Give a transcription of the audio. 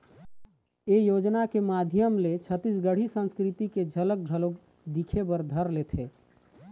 ए योजना के माधियम ले छत्तीसगढ़ी संस्कृति के झलक घलोक दिखे बर धर लेथे